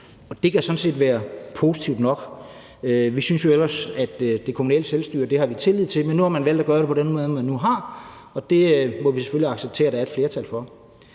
set være positivt nok. Vi synes jo ellers, at vi har tillid til det kommunale selvstyre, men nu har man valgt at gøre det på den måde, som man nu har, og det må vi selvfølgelig acceptere at der er et flertal for.